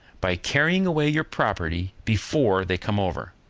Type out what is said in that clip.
by carrying away your property before they come over,